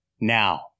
now